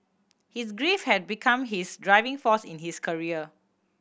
his grief had become his driving force in his career